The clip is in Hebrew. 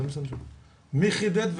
מי חידד?